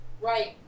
Right